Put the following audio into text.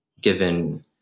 given